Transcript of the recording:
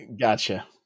Gotcha